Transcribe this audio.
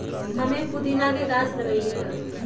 हम्मे पुदीना के गाछ लगईली है